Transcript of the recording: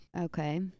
Okay